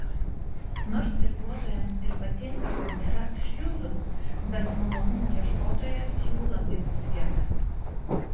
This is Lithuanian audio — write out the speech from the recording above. nors irkluotojams ir patinka kad nėra šliuzų bet malonumų ieškotojas jų labai pasigenda